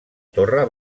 torre